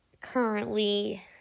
currently